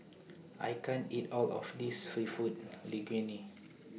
I can't eat All of This Seafood Linguine